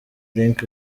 link